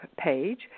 page